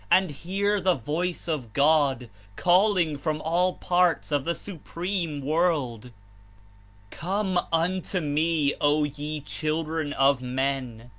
and hear the voice of god calling from all parts of the supreme world come unto me, o ye children of men!